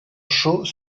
chaux